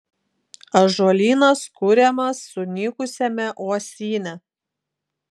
ąžuolynas kuriamas sunykusiame uosyne